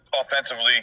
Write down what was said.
offensively